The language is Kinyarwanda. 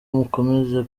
mukomeze